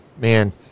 man